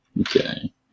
Okay